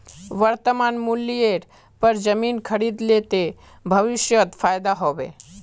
वर्तमान मूल्येर पर जमीन खरीद ले ते भविष्यत फायदा हो बे